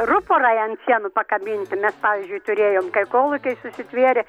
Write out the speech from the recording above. ruporai ant sienų pakabinti mes pavyzdžiui turėjom kai kolūkiai susitvėrė